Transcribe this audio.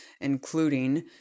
including